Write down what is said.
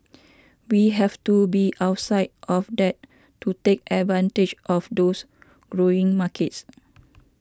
we have to be outside of that to take advantage of those growing markets